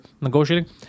negotiating